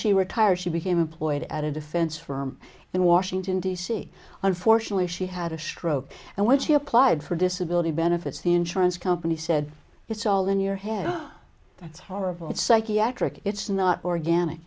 she retired she became employed at a defense for in washington d c unfortunately she had a stroke and when she applied for disability benefits the insurance company said it's all in your head it's horrible it's psychiatric it's not organic